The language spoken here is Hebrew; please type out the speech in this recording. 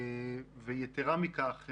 ויתרה מכך,